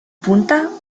punta